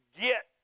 get